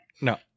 No